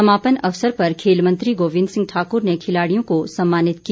समापन अवसर पर खेल मंत्री गोविंद सिंह ठाकुर ने खिलाड़ियों को सम्मानित किया